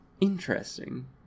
Interesting